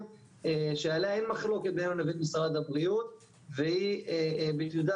שעליה אין מחלוקת בינינו לבין משרד הבריאות והיא בטיוטה